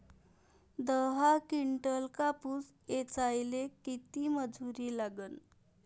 दहा किंटल कापूस ऐचायले किती मजूरी लागन?